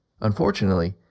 Unfortunately